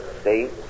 state